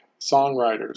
songwriters